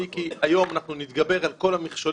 התיקון שיש פה היום הוא לתקן את המעוות,